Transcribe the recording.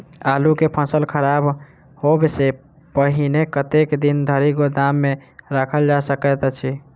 आलु केँ फसल खराब होब सऽ पहिने कतेक दिन धरि गोदाम मे राखल जा सकैत अछि?